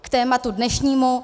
K tématu dnešnímu.